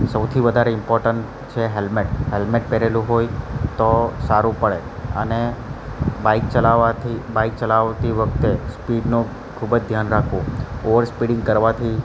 સૌથી વધારે ઇમ્પોર્ટન્ટ છે હેલ્મેટ હેલ્મેટ પહેરેલું હોય તો સારું પડે અને બાઇક ચલાવવાથી બાઇક ચલાવતી વખતે સ્પીડનો ખૂબ જ ધ્યાન રાખવું ઓવર સ્પીડિંગ કરવાથી